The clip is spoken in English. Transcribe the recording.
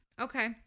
Okay